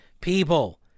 people